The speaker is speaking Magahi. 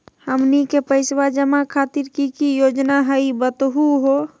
हमनी के पैसवा जमा खातीर की की योजना हई बतहु हो?